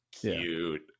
cute